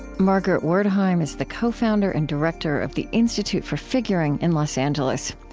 margaret wertheim is the co-founder and director of the institute for figuring in los angeles.